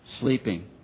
sleeping